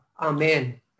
Amen